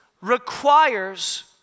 requires